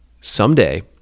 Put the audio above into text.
Someday